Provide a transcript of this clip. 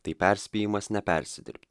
tai perspėjimas nepersidirbt